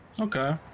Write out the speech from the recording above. Okay